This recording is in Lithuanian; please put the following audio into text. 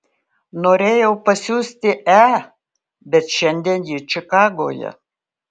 norėjau pasiųsti e bet šiandien ji čikagoje